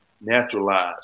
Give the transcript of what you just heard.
naturalized